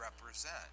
represent